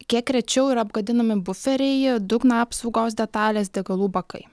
kiek rečiau yra apgadinami buferiai dugno apsaugos detalės degalų bakai